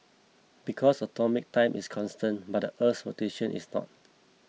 because atomic time is constant but the Earth's rotation is not